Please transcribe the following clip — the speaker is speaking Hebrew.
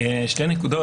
שתי נקודות.